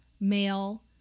male